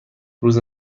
روز